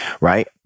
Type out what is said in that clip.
right